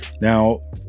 Now